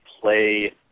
play